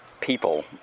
people